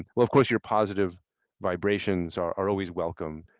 of course your positive vibrations are are always welcome.